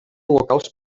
locals